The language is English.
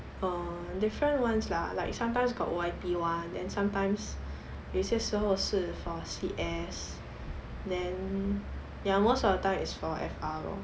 err different ones lah like sometimes got O_I_P one then sometimes 有些时候是 for C_S then ya most of the time is for F_R lor